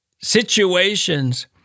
situations